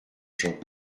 georges